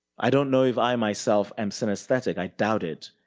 i don't know if i myself am synesthetic, i doubt it.